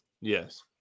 Yes